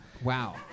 Wow